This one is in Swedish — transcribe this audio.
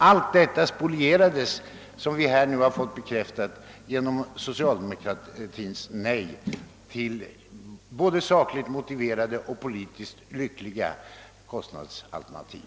Allt detta spolierades, som vi här nu har fått bekräftat, genom socialdemokratins nej till både sakligt motiverade och politiskt lyckliga kostnadsalternativ.